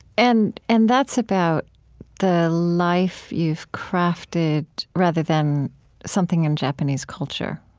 and and that's about the life you've crafted, rather than something in japanese culture,